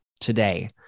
today